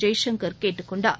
ஜெய்சங்கர் கேட்டுக்கொண்டார்